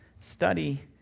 Study